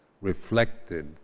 reflected